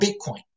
Bitcoin